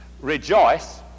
rejoice